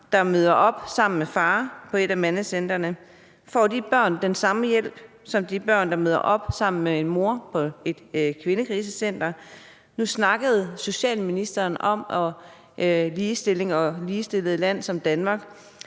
der møder op sammen med far på et af mandecentrene. Får de børn den samme hjælp som de børn, der møder op sammen med mor på et kvindekrisecenter? Nu snakkede socialministeren om ligestilling og et ligestillet land som Danmark,